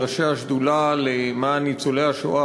ראשי השדולה למען ניצולי השואה,